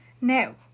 Now